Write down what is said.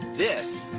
this.